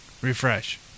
Refresh